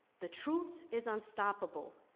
the truth is unstoppable,